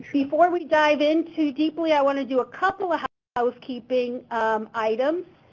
before we dive in too deeply i want to do a couple of housekeeping items.